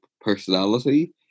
personality